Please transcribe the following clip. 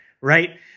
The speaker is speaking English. Right